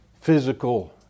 physical